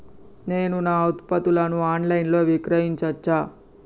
నేను నా ఉత్పత్తులను ఆన్ లైన్ లో విక్రయించచ్చా?